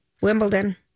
Wimbledon